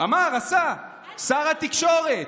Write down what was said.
אמר השר, שר התקשורת.